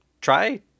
try